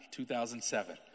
2007